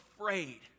Afraid